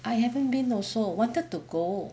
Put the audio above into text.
I haven't been also wanted to go